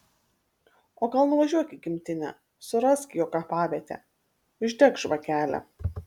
o gal nuvažiuok į gimtinę surask jo kapavietę uždek žvakelę